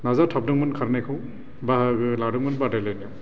नाजाथाबदोंमोन खारनायखौ बाहागो लादोंमोन बादायलायनायाव